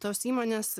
tos įmonės